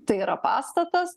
tai yra pastatas